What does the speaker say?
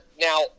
Now